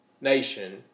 nation